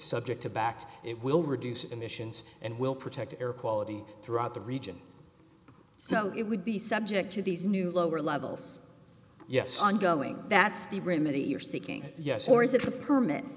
subject to back it will reduce emissions and will protect air quality throughout the region so it would be subject to these new lower levels yes ongoing that's the remedy you're seeking yes or is it a permit